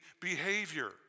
behavior